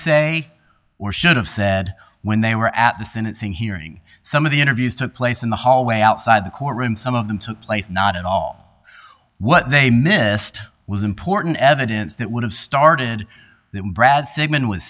say or should have said when they were at the sentencing hearing some of the interviews took place in the hallway outside the courtroom some of them took place not at all what they missed was important evidence that would have started that brad sigman was